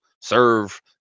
serve